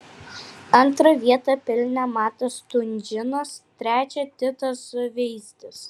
antrą vietą pelnė matas stunžinas trečią titas suveizdis